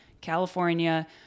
California